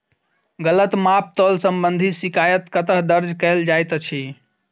गलत माप तोल संबंधी शिकायत कतह दर्ज कैल जाइत अछि?